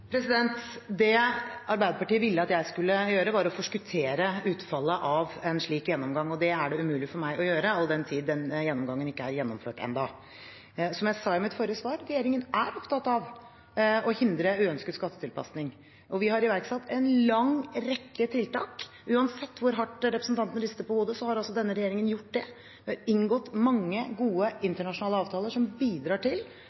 Det Arbeiderpartiet ville at jeg skulle gjøre, var å forskuttere utfallet av en slik gjennomgang, og det er det umulig for meg å gjøre, all den tid gjennomgangen ikke er gjennomført ennå. Som jeg sa i mitt forrige svar: Regjeringen er opptatt av å hindre uønsket skattetilpasning, og vi har iverksatt en lang rekke tiltak. Uansett hvor hardt representanten rister på hodet, har altså denne regjeringen gjort det. Vi har inngått mange gode internasjonale avtaler, som bidrar til